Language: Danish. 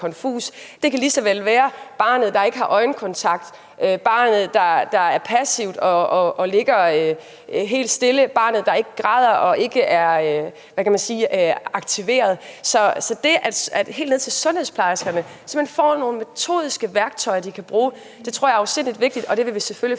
Det kan lige så vel være det, at barnet ikke har øjenkontakt, at barnet er passivt og ligger helt stille, at barnet ikke græder og ikke er aktivt. Så det, at alle lige fra sundhedsplejerskerne får nogle metodiske værktøjer, de kan bruge, tror jeg er afsindig vigtigt. Og det vil vi selvfølgelig